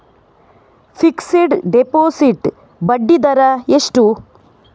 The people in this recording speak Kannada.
ಫಿಕ್ಸೆಡ್ ಡೆಪೋಸಿಟ್ ಬಡ್ಡಿ ದರ ಎಷ್ಟು?